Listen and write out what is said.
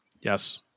Yes